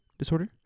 Disorder